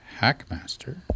Hackmaster